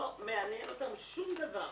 לא מעניין אותם שום דבר.